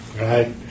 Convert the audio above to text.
Right